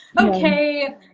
okay